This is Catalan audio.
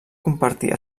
compartir